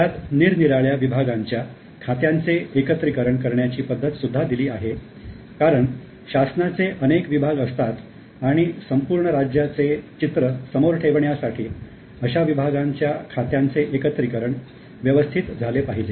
त्यात निरनिराळ्या विभागांच्या खात्यांचे एकत्रीकरण करण्याची पद्धत सुद्धा दिली आहे कारण शासनाचे अनेक विभाग असतात आणि संपूर्ण राज्याचे चित्र समोर ठेवण्यासाठी अशा विभागांच्या खात्यांचे एकत्रीकरण व्यवस्थित झाले पाहिजे